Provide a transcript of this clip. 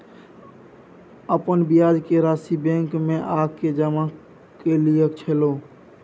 अपन ब्याज के राशि बैंक में आ के जमा कैलियै छलौं?